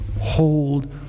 Hold